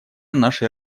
нашей